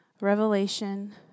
revelation